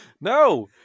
No